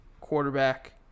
quarterback